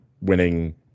winning